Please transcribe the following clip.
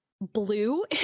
blue